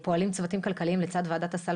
פועלים צוותים כלכליים לצד ועדת הסל